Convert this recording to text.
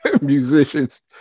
musicians